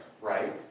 right